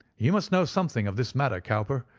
you must know something of this matter, cowper.